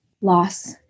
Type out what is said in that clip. loss